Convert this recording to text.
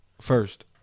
First